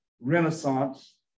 Renaissance